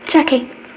Jackie